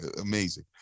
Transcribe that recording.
amazing